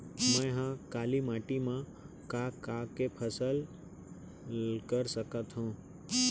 मै ह काली माटी मा का का के फसल कर सकत हव?